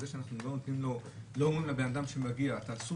זה שאנחנו לא אומרים לבן אדם שמגיע אסור